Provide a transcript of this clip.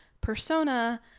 persona